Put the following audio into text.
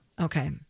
Okay